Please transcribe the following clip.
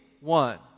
one